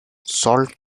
salt